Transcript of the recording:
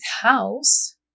house